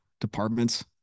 departments